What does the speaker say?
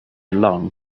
along